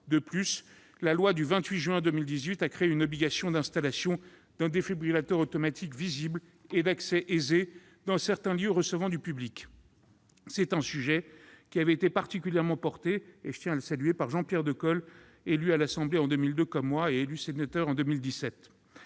De plus, la loi du 28 juin 2018 a créé une obligation d'installation d'un défibrillateur automatique visible et d'accès aisé dans certains lieux recevant du public. C'est un sujet qui avait été particulièrement porté par Jean-Pierre Decool, élu à l'Assemblée nationale en 2002, comme moi, et élu sénateur en 2017.